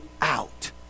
Out